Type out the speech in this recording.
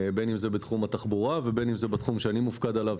בין אם זה בתחום התחבורה ובין אם זה בתחום שאני מופקד עליו,